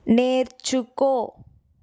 నేర్చుకో